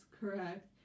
correct